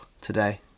today